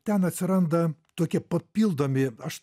ten atsiranda tokie papildomi aš